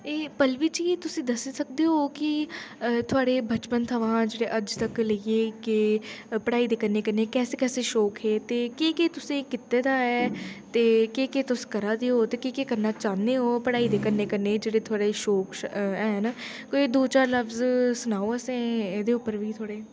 एह् पल्लवी जी तुस दस्सी सकदेओ कि थुआढ़े बचपन थमां अज्तज तक लेइये केह् पढ़ाई कन्नै कन्नै कैसे कैसे शौक हे ते केह केह तुसें कित्ते दा ऐ ते केह् केह् तुस करा देओ ते केह् केह् करना चाहंदे ओ पढ़ाई दे कन्नै कन्नै जेह्ड़े थुआढ़े शौक हैन कोई दो चार लफ्ज सनाओ असेंगी एह् दे उप्पर बी थुआढ़े